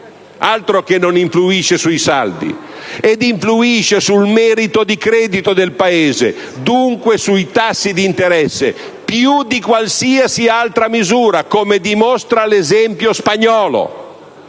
Altro che non influire sui saldi! Influisce sul merito di credito del Paese, e dunque sui tassi di interesse, più di qualsiasi altra misura. Lo dimostra la Spagna